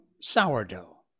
sourdough